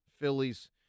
Phillies